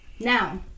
Now